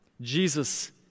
Jesus